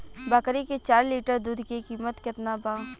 बकरी के चार लीटर दुध के किमत केतना बा?